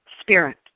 spirit